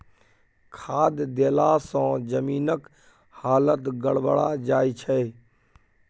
खाद देलासँ जमीनक हालत गड़बड़ा जाय छै